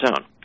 own